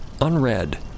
unread